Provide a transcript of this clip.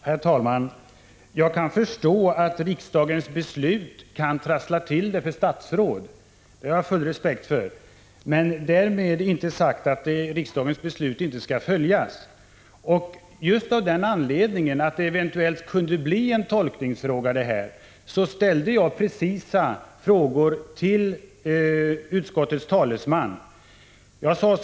Herr talman! Jag kan förstå att riksdagens beslut kan trassla till det för statsråd — därmed inte sagt att riksdagens beslut inte skall följas. Just av den anledningen att detta eventuellt kunde bli en tolkningsfråga ställde jag precisa frågor till utskottets talesman här i kammaren.